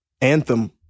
anthem